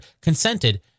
consented